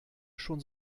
schon